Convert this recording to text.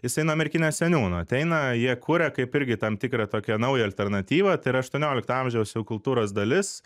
jisai nuo merkinės seniūno ateina jie kūrė kaip irgi tam tikra tokią naują alternatyvą tai yra aštuoniolikto amžiaus jau kultūros dalis